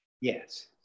Yes